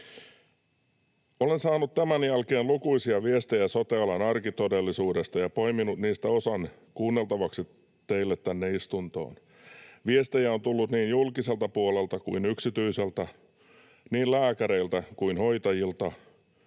Olen saanut tämän jälkeen lukuisia viestejä sote-alan arkitodellisuudesta ja poiminut niistä osan kuunneltavaksi teille tänne istuntoon. Viestejä on tullut niin julkiselta puolelta kuin yksityiseltä, niin lääkäreiltä kuin hoitajilta,